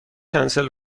کنسل